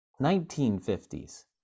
1950s